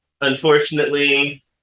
unfortunately